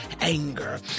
anger